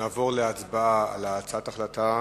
נעבור להצבעה על הצעת ההחלטה